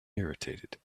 irritated